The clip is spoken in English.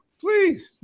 please